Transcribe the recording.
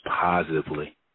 positively